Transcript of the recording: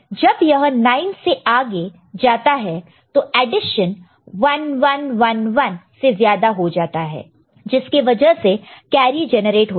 जब यह 9 से आगे जाता है तो एडिशन 1111 से ज्यादा हो जाता है जिसके वजह से कैरी जनरेट होता है